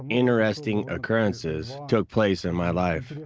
interesting occurrences took place in my life.